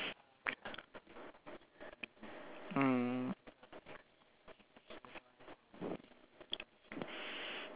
mm